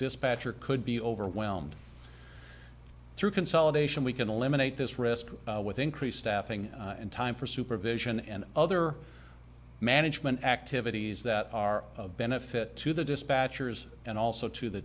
dispatcher could be overwhelmed through consolidation we can eliminate this risk with increased staffing and time for supervision and other management activities that are of benefit to the dispatchers and also to the